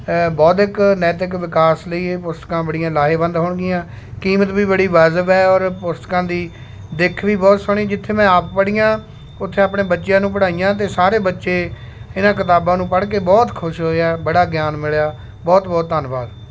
ਬੌਧਿਕ ਨੈਤਿਕ ਵਿਕਾਸ ਲਈ ਇਹ ਪੁਸਤਕਾਂ ਬੜੀਆਂ ਲਾਹੇਵੰਦ ਹੋਣਗੀਆਂ ਕੀਮਤ ਵੀ ਬੜੀ ਵਾਜਬ ਹੈ ਔਰ ਪੁਸਤਕਾਂ ਦੀ ਦਿੱਖ ਵੀ ਬਹੁਤ ਸੋਹਣੀ ਜਿੱਥੇ ਮੈਂ ਆਪ ਪੜ੍ਹੀਆਂ ਉੱਥੇ ਆਪਣੇ ਬੱਚਿਆਂ ਨੂੰ ਪੜ੍ਹਾਈਆਂ ਅਤੇ ਸਾਰੇ ਬੱਚੇ ਇਹਨਾਂ ਕਿਤਾਬਾਂ ਨੂੰ ਪੜ੍ਹ ਕੇ ਬਹੁਤ ਖੁਸ਼ ਹੋਏ ਹੈ ਬੜਾ ਗਿਆਨ ਮਿਲਿਆ ਬਹੁਤ ਬਹੁਤ ਧੰਨਵਾਦ